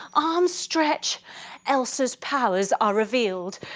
arms stretched elsa's powers are revealed